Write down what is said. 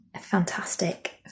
fantastic